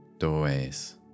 doorways